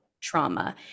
trauma